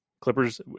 Clippers